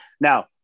Now